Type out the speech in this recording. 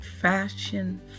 fashion